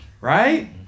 right